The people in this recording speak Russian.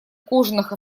кожаных